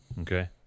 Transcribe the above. Okay